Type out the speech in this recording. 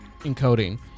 encoding